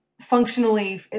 functionally